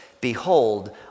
behold